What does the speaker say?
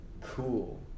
cool